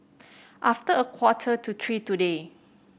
after a quarter to three today